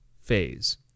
phase